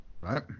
Right